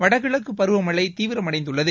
வடகிழக்குபருவமழைதீவிரமடைந்துள்ளது